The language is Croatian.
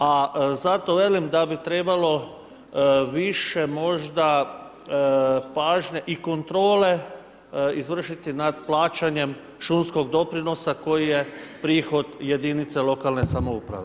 A zato velim, da bi trebalo više možda pažnje i kontrole izvršiti nad plaćanje šumskog doprinosa koji je prihod jedinica lokalne samouprave.